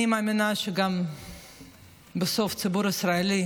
אני מאמינה שגם בסוף הציבור הישראלי